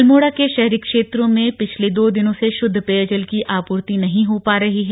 अल्मोड़ा के शहरी क्षेत्रों में पिछले दो दिनों से शुद्ध पेयजल की आपूर्ति नहीं हो पा रही है